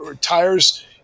tires